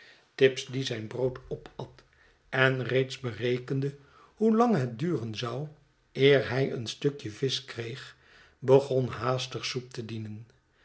tibbs die zijn brood opat en reeds berekende hoe lang het duren zou eer hij een stukje visch kreeg begon haastig soep te dienen